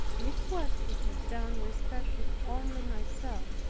if what he has done respected only myself,